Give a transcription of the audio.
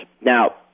Now